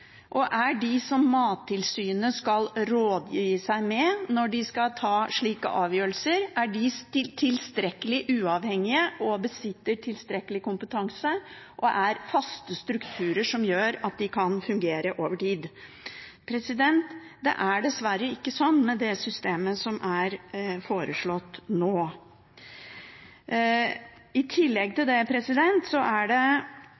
kompetanse? Er de som Mattilsynet skal rådgi seg med når det skal ta slike avgjørelser, tilstrekkelig uavhengige, og besitter de tilstrekkelig kompetanse? Er de faste strukturer som gjør at de kan fungere over tid? Det er dessverre ikke slik med systemet som er foreslått nå. I tillegg er det